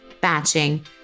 batching